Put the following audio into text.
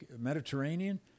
Mediterranean